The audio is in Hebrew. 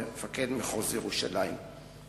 מפקד מחוז ירושלים.